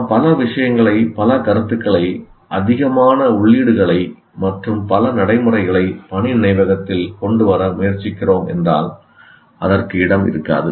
நாம் பல விஷயங்களை பல கருத்துகளை அதிகமான உள்ளீடுகளை மற்றும் பல நடைமுறைகளை பணி நினைவகத்தில் கொண்டு வர முயற்சிக்கிறோம் என்றால் அதற்கு இடம் இருக்காது